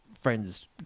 friends